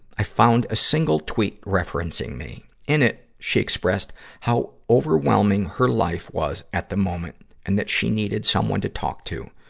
i found a single tweet referencing me. in it, she expressed how overwhelming her life was at the moment, and that she needed someone to talk to.